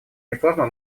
реформы